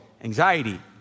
anxiety